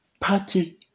party